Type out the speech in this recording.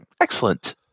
excellent